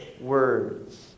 words